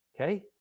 Okay